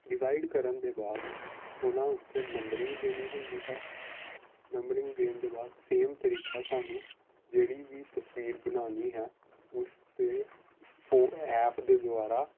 divide ਕਰਨ ਦੇ ਬਾਅਦ ਉਹਨਾਂ ਉੱਤੇ ਨੰਬਰਿੰਗ ਦੇਣੀ ਹੁੰਦੀ ਹੈ ਨੰਬਰਿੰਗ ਦੇਣ ਦੇ ਬਾਅਦ ਸੇਮ ਤਰੀਕਾ ਸਾਨੂੰ ਜਿਹੜੀ ਵੀ ਤਸਵੀਰ ਬਣਾਉਣੀ ਹੈ ਉਸ 'ਤੇ ਫੋ ਐਪ ਦੇ ਦੁਆਰਾ